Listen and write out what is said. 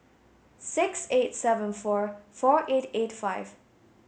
six eight seven four four eight eight five